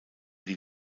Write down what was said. die